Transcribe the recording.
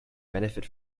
benefit